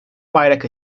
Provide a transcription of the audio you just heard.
bayrak